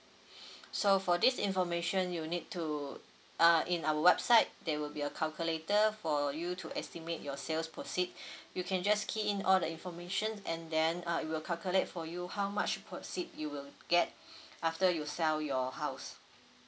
so for this information you need to uh in our website there will be a calculator for you to estimate your sales proceed you can just key in all the information and then uh it will calculate for you how much proceed you will get after you sell your house